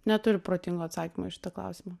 neturiu protingo atsakymo į šitą klausimą